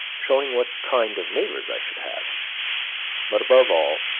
showing what kind of neighbors i should have but above all,